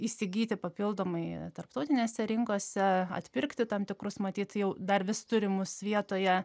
įsigyti papildomai tarptautinėse rinkose atpirkti tam tikrus matyt jau dar vis turimus vietoje